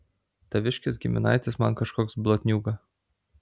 taviškis giminaitis man kažkoks blatniūga